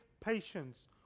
patience